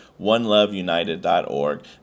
oneloveunited.org